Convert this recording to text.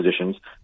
positions